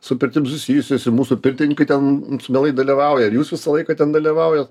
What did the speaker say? su pirtim susijusios ir mūsų pirtininkai ten mielai dalyvauja ir jūs visą laiką ten dalyvaujat